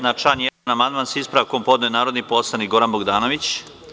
Na član 1. amandman, sa ispravkom, podneo je narodni poslanik Goran Bogdanović.